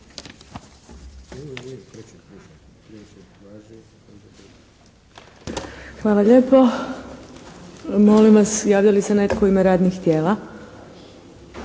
Hvala lijepo. Molim vas javlja li se netko u ime radnih tijela?